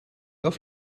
auf